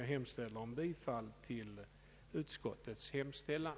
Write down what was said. Jag ber att få yrka bifall till utskottets hemställan.